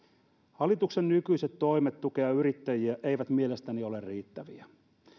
hallituksen nykyiset toimet tukea yrittäjiä eivät mielestäni ole riittäviä